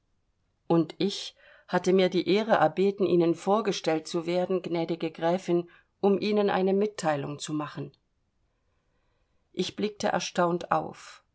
und ich hatte mir die ehre erbeten ihnen vorgestellt zu werden gnädige gräfin um ihnen eine mitteilung zu machen ich blickte erstaunt auf